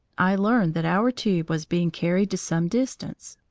i learned that our tube was being carried to some distance.